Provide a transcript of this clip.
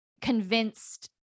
convinced